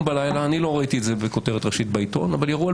אני לא ראיתי את זה בכותרת ראשית בעיתון אבל ירו על